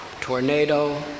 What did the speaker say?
tornado